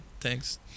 Thanks